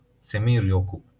semi-ryoku